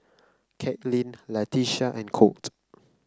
Katlin Latisha and Colt